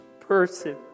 person